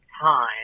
time